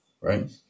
right